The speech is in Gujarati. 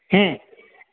હમ